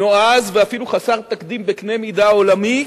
נועז ואפילו חסר תקדים בקנה-מידה עולמי.